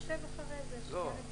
נשב עכשיו ונחליט.